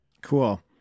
Cool